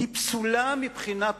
היא פסולה מבחינה פדגוגית.